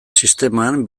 sisteman